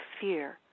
fear